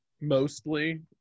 mostly